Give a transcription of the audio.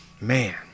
man